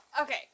Okay